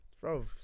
Bro